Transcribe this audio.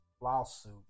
lawsuit